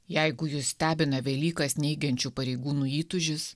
jeigu jus stebina velykas neigiančių pareigūnų įtūžis